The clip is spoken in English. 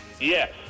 Yes